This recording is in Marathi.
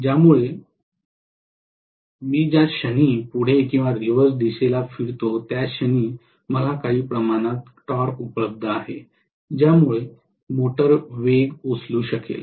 त्यामुळे मी ज्या क्षणी पुढे किंवा रिव्हर्स दिशेला फिरतो त्या क्षणी मला काही प्रमाणात टॉर्क उपलब्ध आहे ज्यामुळे मोटर वेग उचलू शकेल